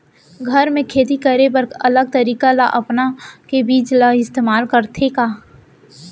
घर मे खेती करे बर का अलग तरीका ला अपना के बीज ला इस्तेमाल करथें का?